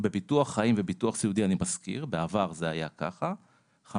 אני מזכיר שבביטוח חיים וביטוח סיעודי זה היה כך בעבר,